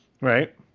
right